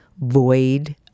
void